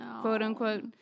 quote-unquote